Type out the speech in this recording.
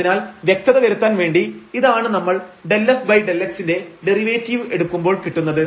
അതിനാൽ വ്യക്തത വരുത്താൻ വേണ്ടി ഇതാണ് നമ്മൾ ∂f∂x ന്റെ ഡെറിവേറ്റീവ് എടുക്കുമ്പോൾ കിട്ടുന്നത്